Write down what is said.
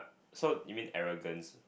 so you mean arrogants